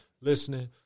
listening